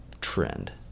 trend